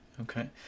okay